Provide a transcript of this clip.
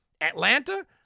Atlanta